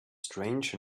strange